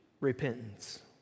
repentance